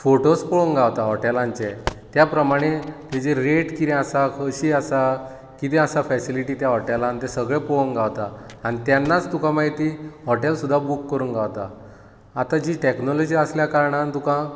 photos पळोवंक गांवतात हॉटेलाचे ते प्रमाणे ताची रेट कितें आसा कशी आसा कितें आसा फॅसिलीटी त्या हॉटेलांत तें सगळें पळोवंक गावता आनी तेन्नाच तुका मागीर तीं हॉटेल सुद्दां बूक करूंक गांवता आता जी टॅक्नोलोजी आसल्या कारणान तुका